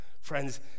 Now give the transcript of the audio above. Friends